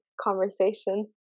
conversation